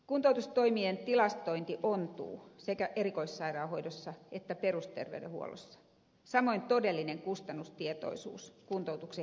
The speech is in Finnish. kuntoutustoimien tilastointi ontuu sekä erikoissairaanhoidossa että perusterveydenhuollossa samoin todellinen kustannustietoisuus kuntoutuksen hinnasta